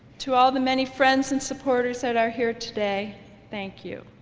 to all the many friends and supporters that are here today thank you